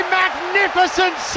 magnificent